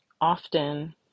Often